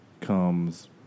comes